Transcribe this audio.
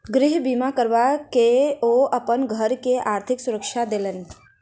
गृह बीमा करबा के ओ अपन घर के आर्थिक सुरक्षा देलैन